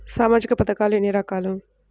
సామాజిక పథకాలు ఎన్ని రకాలు?